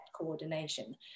coordination